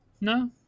no